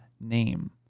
name